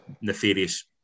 nefarious